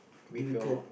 difficult